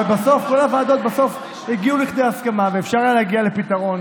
אבל בסוף בכל הוועדות הגיעו לכדי הסכמה ואפשר היה להגיע לפתרון.